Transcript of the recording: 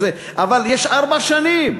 אבל יש ארבע שנים.